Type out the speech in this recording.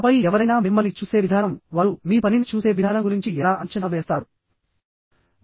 ఆపై ఎవరైనా మిమ్మల్ని చూసే విధానం వారు మీ పనిని చూసే విధానం గురించి ఎలా అంచనా వేస్తారు